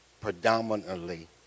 predominantly